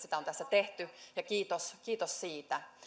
sitä on tässä tehty kiitos kiitos siitä